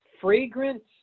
fragrant